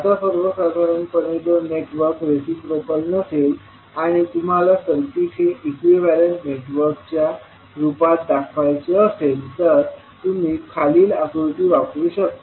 आता सर्वसाधारणपणे जर नेटवर्क रेसिप्रोकल नसेल आणि तुम्हाला सर्किट हे इक्विवेलन्ट नेटवर्कच्या रुपात दाखवयचे असेल तर तुम्ही खालील आकृती वापरू शकता